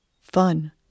fun